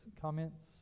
comments